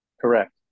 Correct